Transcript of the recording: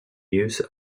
use